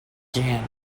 again